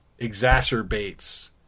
exacerbates